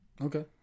Okay